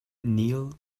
neil